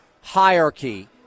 hierarchy